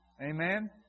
Amen